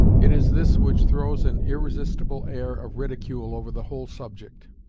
it is this which throws an irresistible air of ridicule over the whole subject.